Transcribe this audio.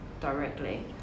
directly